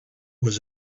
was